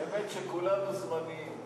האמת שכולנו זמניים.